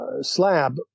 slab